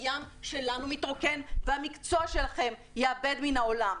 הים שלנו מתרוקן והמקצוע שלכם ייאבד מן העולם.